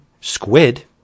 squid